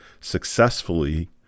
successfully